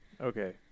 Okay